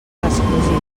resclosit